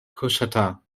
coushatta